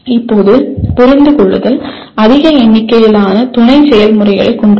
இப்போது புரிந்துகொள்ளுதல் அதிக எண்ணிக்கையிலான துணை செயல்முறைகளைக் கொண்டுள்ளது